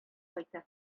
кайта